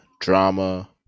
drama